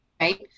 right